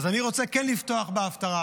אז אני רוצה כן לפתוח בהפטרה